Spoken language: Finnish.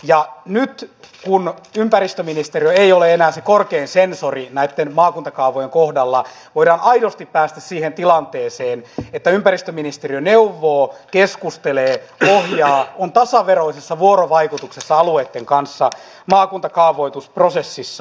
nyt kun ympäristöministeriö ei ole enää se korkein sensori näitten maakuntakaavojen kohdalla voidaan aidosti päästä siihen tilanteeseen että ympäristöministeriö neuvoo keskustelee ohjaa on tasaveroisessa vuorovaikutuksessa alueitten kanssa maakuntakaavoitusprosessissa